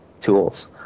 tools